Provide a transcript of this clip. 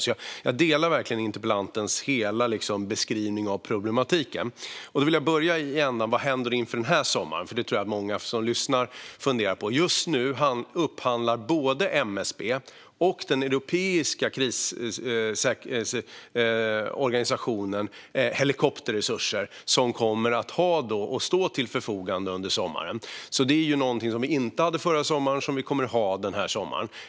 Jag delar alltså verkligen interpellantens beskrivning av problematiken. Jag vill börja i änden med vad som händer inför den kommande sommaren, för det tror jag att många som lyssnar på debatten funderar på. Just nu upphandlar MSB och den europeiska krisorganisationen helikopterresurser som kommer att stå till förfogande under sommaren. Det är alltså någonting vi inte hade förra sommaren och som vi kommer att ha den här sommaren.